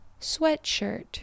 sweatshirt